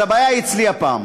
אז הבעיה היא אצלי הפעם.